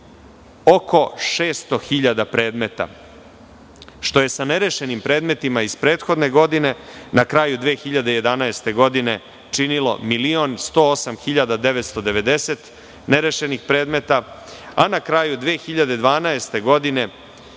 oko 600.000 predmeta, što je sa nerešenim predmetima iz prethodne godine, na kraju 2011. godine, činilo 1.108.990 nerešenih predmeta, a na kraju 2012. godine